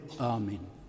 Amen